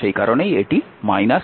সেই কারণেই এটি vi